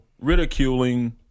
ridiculing